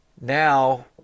Now